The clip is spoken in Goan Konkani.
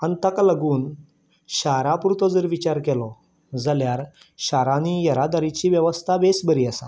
आनी ताका लागून शारां पुरतो जर विचार केलो जाल्यार शारांनी येरादारीची वेवस्था बेस बरी आसा